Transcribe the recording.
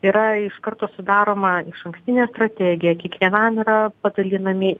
yra iš karto sudaroma išankstinė strategija kiekvienam yra padalinami